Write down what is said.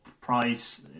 price